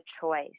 choice